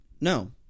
No